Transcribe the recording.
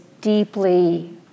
deeply